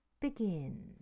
begin